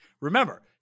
Remember